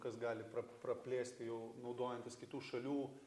kas gali pra praplėsti jau naudojantis kitų šalių